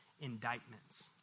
indictments